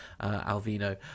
Alvino